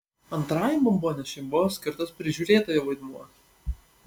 antrajam bombonešiui buvo skirtas prižiūrėtojo vaidmuo